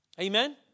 Amen